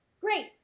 great